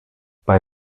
bei